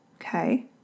okay